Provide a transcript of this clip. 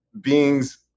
beings